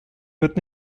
wird